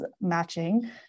matching